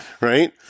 Right